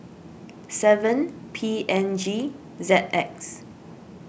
seven P N G Z X